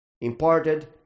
imparted